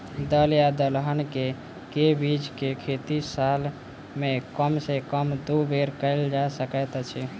दल या दलहन केँ के बीज केँ खेती साल मे कम सँ कम दु बेर कैल जाय सकैत अछि?